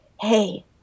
hey